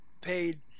paid